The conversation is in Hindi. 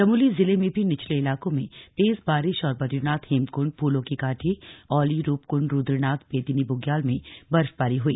चमोली जिले में भी निचले इलाकों में तेज बारिश और बदरीनाथ हेमकुंड फूलों की घाटी औली रूपकुंड रुद्रनाथ बेदिनी बुग्याल में बर्फबारी हुई